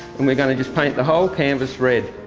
and we're gonna just paint the whole canvas red.